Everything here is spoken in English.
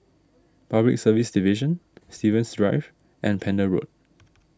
Public Service Division Stevens Drive and Pender Road